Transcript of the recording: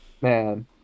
Man